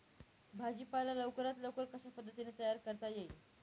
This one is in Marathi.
भाजी पाला लवकरात लवकर कशा पद्धतीने तयार करता येईल?